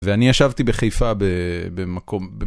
ואני ישבתי בחיפה במקום.